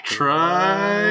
try